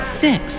six